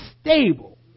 stable